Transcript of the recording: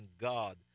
God